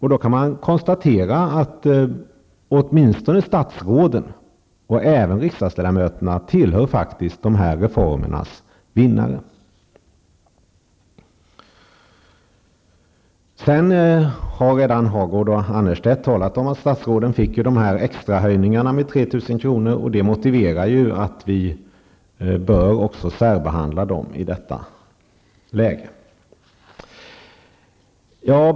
Man kan konstatera att åtminstone statsråden och även riksdagsledamöterna faktiskt tillhör dessa reformers vinnare. Birger Hagård och Ylva Annerstedt har redan talat om att statsråden fått en extra höjning om 3 000 kr. Detta motiverar att vi bör särbehandla dem i detta läge.